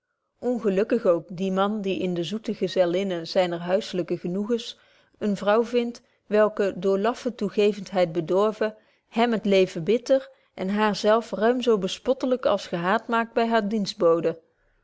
ongelukkig ook die man die in de zoete gezellinne zyner huislyke genoegens eene vrouw vindt welke door laffe toegevenheid bedorven hem het leven bitter en haar zelf ruim zo bespottelyk als gehaat maakt by hare